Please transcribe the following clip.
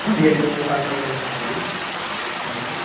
ਹਾਂਜੀ ਹਾਂਜੀ ਮੈਂ ਫਾਰਮਰ ਗੱਲ ਕਰ ਰਿਹਾ ਜੀ